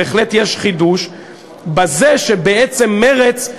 בזה שבעצם מרצ,